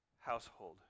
household